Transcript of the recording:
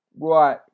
Right